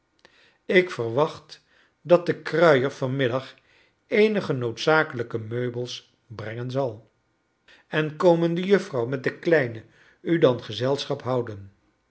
ik verwa cht dat de kruier van middag eenige noodzakelijke meubels brengen zal en komen de juffrouw met de kleinen u dan gezelsohap houden